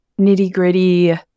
nitty-gritty